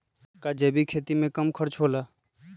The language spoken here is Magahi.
का जैविक खेती में कम खर्च होला?